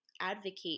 advocate